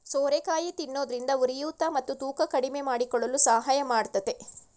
ಸೋರೆಕಾಯಿ ತಿನ್ನೋದ್ರಿಂದ ಉರಿಯೂತ ಮತ್ತು ತೂಕ ಕಡಿಮೆಮಾಡಿಕೊಳ್ಳಲು ಸಹಾಯ ಮಾಡತ್ತದೆ